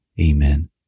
Amen